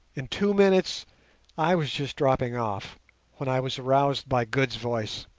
in two minutes i was just dropping off when i was aroused by good's voice.